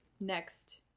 next